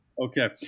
Okay